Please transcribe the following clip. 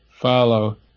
follow